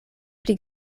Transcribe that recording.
pli